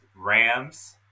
Rams